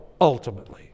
ultimately